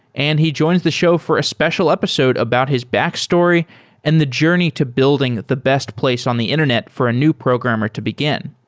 and he joins the show for a special episode about his back story and the journey to building the best place on the internet for a new programmer to begin.